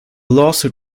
lawsuit